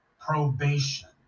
Probation